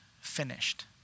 finished